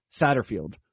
Satterfield